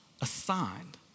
assigned